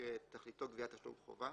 שתכליתו גביית תשלום חובה,